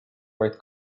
vaid